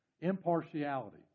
Impartiality